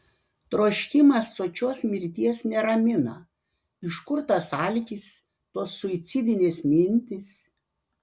troškimas sočios mirties neramina iš kur tas alkis tos suicidinės mintys